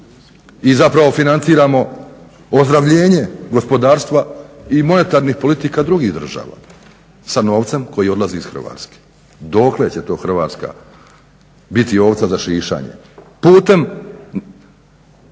I zapravo financiramo ozdravljenje gospodarstva i monetarnih politika drugih država sa novcem koji odlazi iz Hrvatske, dokle će to Hrvatska biti ovca za šišanje putem